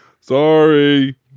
Sorry